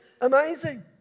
Amazing